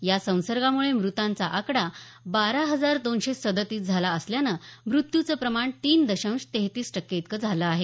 या संसर्गामुळे मृतांचा आकडा बारा हजार दोनशे सदतीस झाला असल्यानं मृत्यूचं प्रमाण तीन दशांश तेहेतीस टक्के इतकं झालं आहे